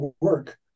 work